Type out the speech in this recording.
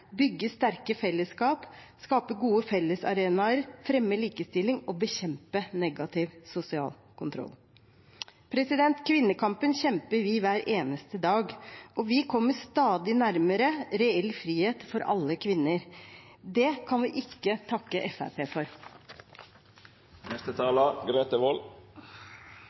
bygge sterke fellesskap, skape gode fellesarenaer, fremme likestilling og bekjempe negativ sosial kontroll. Kvinnekampen kjemper vi hver eneste dag, og vi kommer stadig nærmere reell frihet for alle kvinner. Det kan vi ikke takke Fremskrittspartiet for.